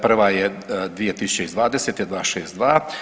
Prva je 2020. 262.